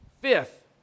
Fifth